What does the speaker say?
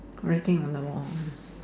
cracking on the wall